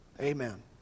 amen